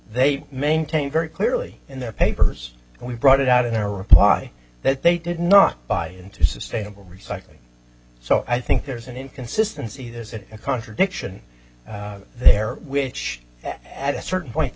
they've maintained very clearly in their papers and we brought it out in their reply that they did not buy into sustainable recycling so i think there's an inconsistency this is a contradiction there which at a certain point the